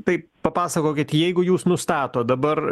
tai papasakokit jeigu jūs nustatot dabar